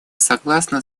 согласно